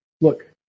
look